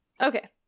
okay